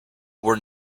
were